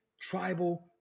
tribal